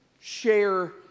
share